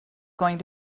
going